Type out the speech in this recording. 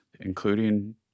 including